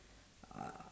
uh